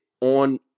on